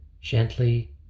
gently